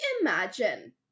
imagine